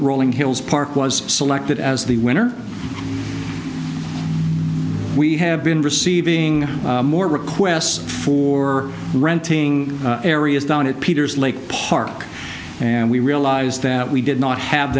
rolling hills park was selected as the winner we have been receiving more requests for renting areas down at peter's lake park and we realize that we did not have